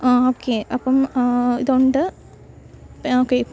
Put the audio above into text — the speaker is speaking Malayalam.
ഓക്കെ അപ്പം ഇതുണ്ട് ഓക്കെ